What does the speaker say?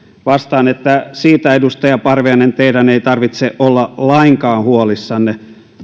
vastaan että siitä edustaja parviainen teidän ei tarvitse olla lainkaan huolissanne